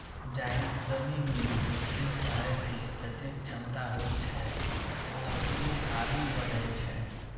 जाहि उद्यमी मे जोखिम सहै के जतेक क्षमता होइ छै, ओ ओतबे आगू बढ़ै छै